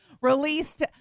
released